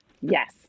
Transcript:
Yes